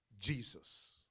Jesus